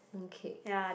mooncake